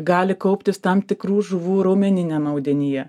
gali kauptis tam tikrų žuvų raumeniniam audinyje